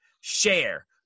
share